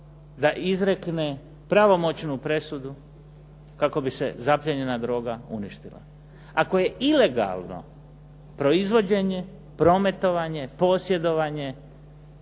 da izrekne pravomoćnu presudu kako bi se zapljena droga uništila. Ako je ilegalno proizvođenje, prometovanje, posjedovanje,